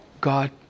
God